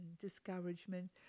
discouragement